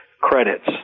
credits